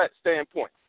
standpoint